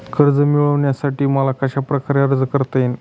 कर्ज मिळविण्यासाठी मला कशाप्रकारे अर्ज करता येईल?